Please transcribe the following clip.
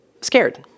scared